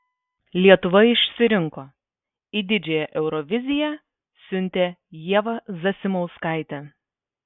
lietuva išsirinko į didžiąją euroviziją siuntė ievą zasimauskaitę